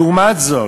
לעומת זאת,